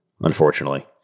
unfortunately